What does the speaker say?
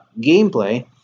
gameplay